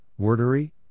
Wordery